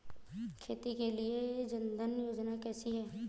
खेती के लिए जन धन योजना कैसी है?